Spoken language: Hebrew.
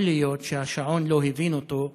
יכול להיות שהשעון לא הבין אותו,